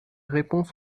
réponses